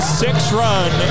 six-run